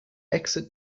exit